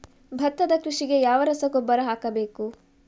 ಭತ್ತದ ಕೃಷಿಗೆ ಯಾವ ರಸಗೊಬ್ಬರ ಹಾಕಬೇಕು?